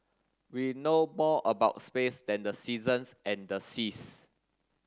we know more about space than the seasons and the seas